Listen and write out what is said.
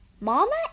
Mama